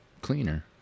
cleaner